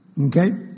Okay